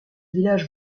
villages